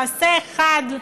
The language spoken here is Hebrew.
מעשה אחד,